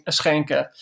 schenken